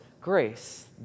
grace